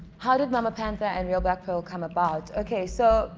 how did mamma pantha and real black pearl come about okay so